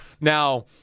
Now